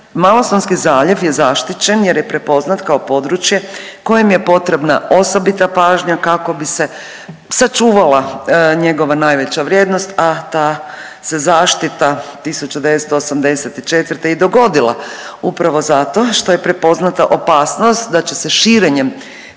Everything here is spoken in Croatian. Malostonski zaljev je zaštićen jer je prepoznat kao područje kojem je potrebna osobita pažnja kako bi se sačuvala njegova najveća vrijednost, a ta se zaštita 1984. i dogodila upravo zato što je prepoznata opasnost da će se širenjem